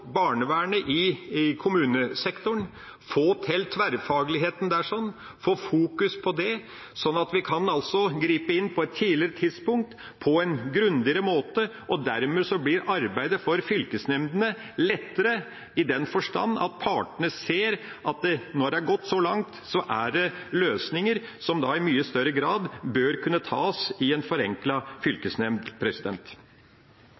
barnevernet i kommunesektoren og å få til tverrfagligheten der – fokusere på det, slik at vi altså kan gripe inn på et tidligere tidspunkt og på en grundigere måte. Dermed blir arbeidet for fylkesnemndene lettere, i den forstand at partene ser at når det er gått så langt, er det løsninger som i mye større grad bør kunne tas i en